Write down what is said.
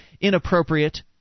inappropriate